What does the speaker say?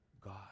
God